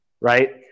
right